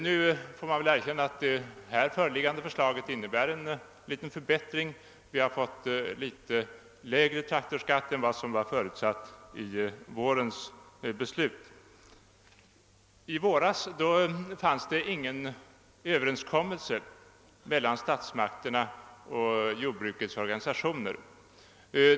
Nu måste man erkänna att det föreliggande förslaget innebär en liten förbättring; vi har fått en något lägre traktorskatt än vad som förutsattes i vårens beslut. I våras fanns det ingen överenskommelse mellan statsmakterna och jordbrukets organisationer.